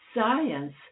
science